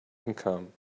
income